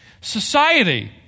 society